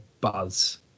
buzz